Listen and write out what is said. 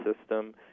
system